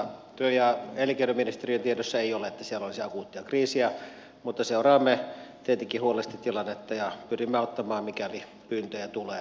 työ ja elinkeinoministeriön tiedossa ei ole että siellä olisi akuuttia kriisiä mutta seuraamme tietenkin huolellisesti tilannetta ja pyrimme auttamaan mikäli pyyntöjä tulee